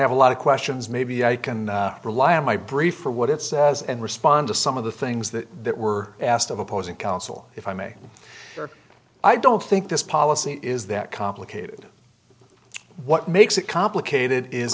have a lot of questions maybe i can rely on my brief for what it says and respond to some of the things that were asked of opposing counsel if i may i don't think this policy is that complicated what makes it complicated is